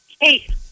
hey